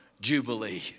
jubilee